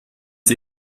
sie